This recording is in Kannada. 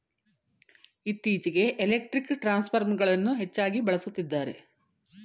ಇತ್ತೀಚೆಗೆ ಎಲೆಕ್ಟ್ರಿಕ್ ಟ್ರಾನ್ಸ್ಫರ್ಗಳನ್ನು ಹೆಚ್ಚಾಗಿ ಬಳಸುತ್ತಿದ್ದಾರೆ